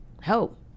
help